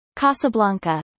Casablanca